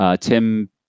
Tim